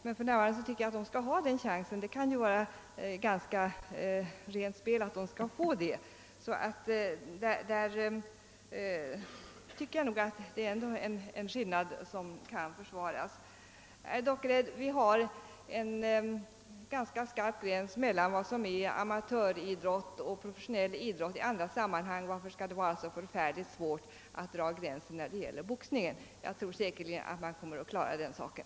Men för närvarande tycker jag att man bör få denna chans; det kan ju vara rent spel. Jag anser alltså att det finns en skillnad mellan proboxning och amatörboxning. Vi har, herr Dockered, en ganska skarp gräns mellan amatöridrott och professionell idrott i andra sammanhang. Varför skall det vara så förfärligt svårt att dra gränsen när det gäller boxningen? Jag tror säkert att man kommer att klara den saken.